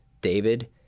David